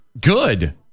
Good